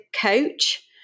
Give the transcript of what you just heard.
coach